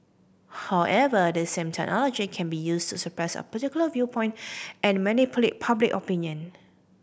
however this same technology can be used to suppress a particular viewpoint and manipulate public opinion